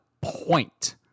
point